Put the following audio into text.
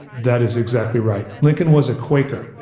that is exactly right. lincoln was a quaker,